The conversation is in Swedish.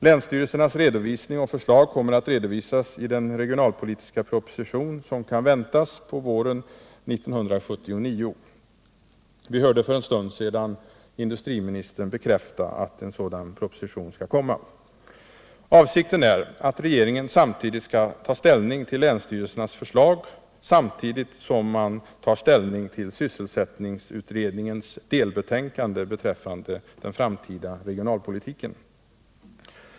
Länsstyrelsernas redovisning och förslag kommer att redovisas i den regionalpolitiska proposition som kan väntas våren 1979. Vi hörde för en stund sedan industriministern bekräfta att en sådan pi oposition skall komma. Avsikten är att regeringen då skall ta ställning till länsstyrelsernas förslag, samtidigt som man tar ställning till sysselsättningsutredningens delbetänkande beträffande den framtida regionalpolitiken.